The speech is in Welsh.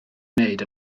wneud